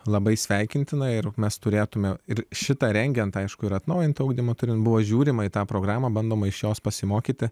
labai sveikintina ir mes turėtumėme ir šitą rengiant aišku ir atnaujinti ugdymo turinį buvo žiūrima į tą programą bandoma iš jos pasimokyti